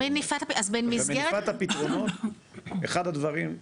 במניפת הפתרונות אחד הדברים,